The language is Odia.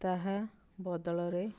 ତାହା ବଦଳରେ